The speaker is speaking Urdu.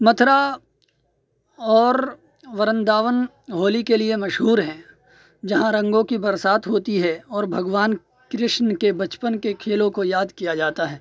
متھرا اور ورنداون ہولی کے لیے مشہور ہیں جہاں رنگوں کی برسات ہوتی ہے اور بھگوان کرشن کے بچپن کے کھیلوں کو یاد کیا جاتا ہے